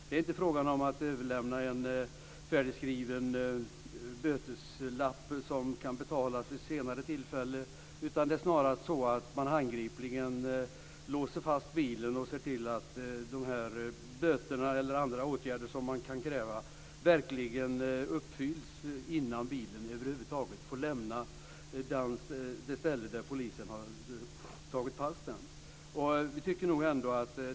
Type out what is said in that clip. Det är inte fråga om att överlämna en färdigskriven böteslapp som kan betalas vid ett senare tillfälle, utan det handlar om att handgripligen låsa fast bilen och se till att böter eller andra åtgärder som krävs verkligen uppfylls innan bilen får lämna platsen där polisen tagit fast den.